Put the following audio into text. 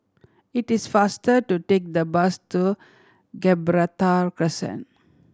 it is faster to take the bus to Gibraltar Crescent